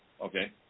okay